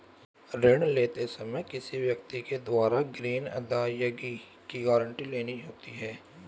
ऋण लेते समय किसी व्यक्ति के द्वारा ग्रीन अदायगी की गारंटी लेनी होती है